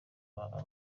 aba